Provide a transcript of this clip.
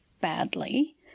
badly